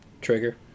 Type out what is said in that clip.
Trigger